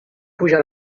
pujar